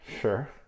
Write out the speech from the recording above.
Sure